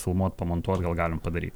filmuot pamontuot gal galim padaryt